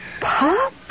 Pop